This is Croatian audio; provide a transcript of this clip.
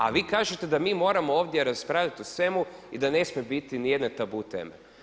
A vi kažete da mi moramo ovdje raspravljati o svemu i da ne smije biti nijedne tabu teme.